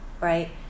right